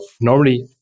normally